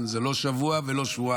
זה לא שבוע ולא שבועיים.